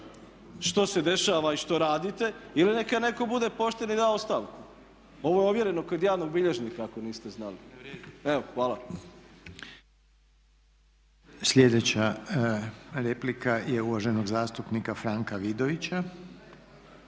što se dešava i što radite ili neka netko bude pošten i da ostavku. Ovo je ovjereno kod javnog bilježnika ako niste znali. Evo, hvala. **Reiner, Željko (HDZ)** Sljedeća replika je uvaženog zastupnika Franka Vidovića.